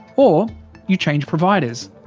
or you change providers.